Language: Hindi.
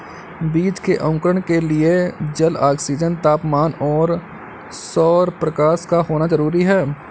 बीज के अंकुरण के लिए जल, ऑक्सीजन, तापमान और सौरप्रकाश का होना जरूरी है